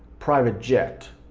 private jet,